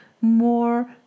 more